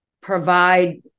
provide